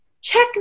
check